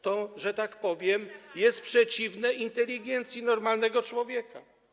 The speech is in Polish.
To, że tak powiem, jest przeciwne inteligencji normalnego człowieka.